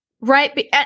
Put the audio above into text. right